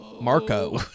Marco